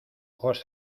ojos